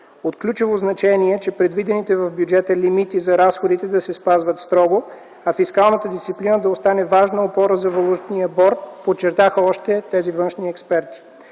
От ключово значение е, че предвидените в бюджета лимити за разходите трябва да се спазват строго, а фискалната дисциплина да остане важна опора за Валутния борд, подчертаха още тези външни експерти.